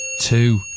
two